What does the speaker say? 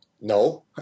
No